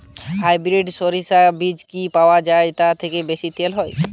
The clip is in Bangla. হাইব্রিড শরিষা বীজ কি পাওয়া য়ায় যা থেকে বেশি তেল হয়?